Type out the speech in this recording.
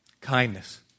kindness